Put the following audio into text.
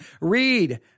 read